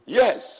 yes